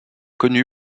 connu